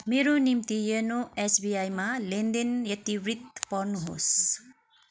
मेरो निम्ति योनो एसबिआईमा लेनदेन इतिवृत्त पढ्नुहोस्